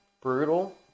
brutal